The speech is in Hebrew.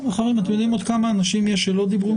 אתה יודע כמה אנשים נמצאים כאן והם לא דיברו?